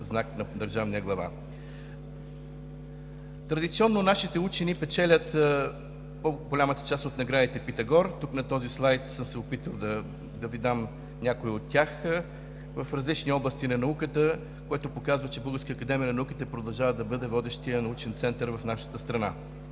знак на държавния глава. Традиционно нашите учени печелят по-голямата част от наградите „Питагор“ – тук на този слайд съм се опитал да Ви дам някои от тях в различни области на науката, което показва, че Българската академия на науките продължава да бъде водещият научен център в нашата страна.